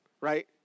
Right